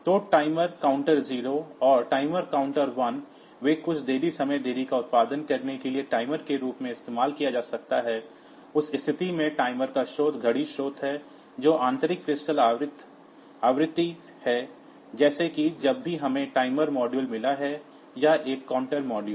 तो timer counter 0 और timer counter 1 वे कुछ देरी समय देरी का उत्पादन करने के लिए टाइमर के रूप में इस्तेमाल किया जा सकता है उस स्थिति में टाइमर का स्रोत घड़ी स्रोत है जो आंतरिक क्रिस्टल आवृत्ति है जैसे कि जब भी हमें टाइमर मॉड्यूल मिला है या एक काउंटर मॉड्यूल